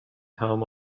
home